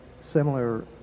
similar